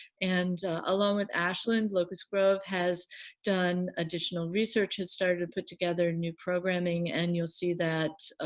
and along with ashland, locust grove has done additional research, has started to put together new programming, and you'll see that, ah,